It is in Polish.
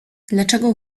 dlaczego